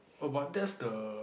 oh but that's the